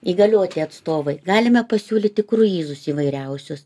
įgalioti atstovai galime pasiūlyti kruizus įvairiausius